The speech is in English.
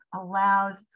allows